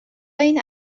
این